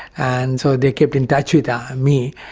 and so they kept in touch with me,